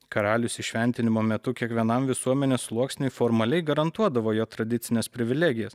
karalius įšventinimo metu kiekvienam visuomenės sluoksniui formaliai garantuodavo jo tradicines privilegijas